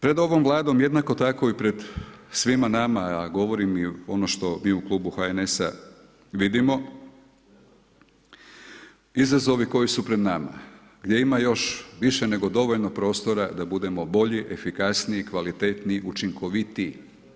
Pred ovom Vladom jednako tako i pred svima nama, a govorim i ono što i u klubu HNS-a vidimo, izazovi koji su pred nama, gdje ima još više nego dovoljno prostora da budemo bolji, efikasniji, kvalitetniji, učinkovitiji.